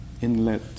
inlet